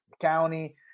county